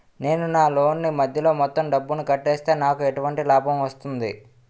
నేను నా లోన్ నీ మధ్యలో మొత్తం డబ్బును కట్టేస్తే నాకు ఎటువంటి లాభం వస్తుంది?